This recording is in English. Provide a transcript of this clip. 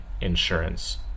Insurance